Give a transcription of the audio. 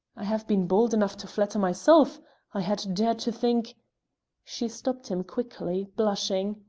i have been bold enough to flatter myself i had dared to think she stopped him quickly, blushing.